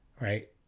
Right